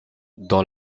dans